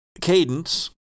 Cadence